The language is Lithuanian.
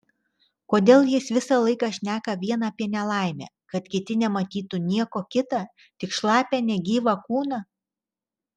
kodėl jis visą laiką šneka vien apie nelaimę kad kiti nematytų nieko kita tik šlapią negyvą kūną